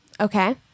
okay